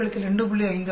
562 22 2